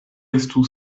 estu